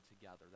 together